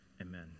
amen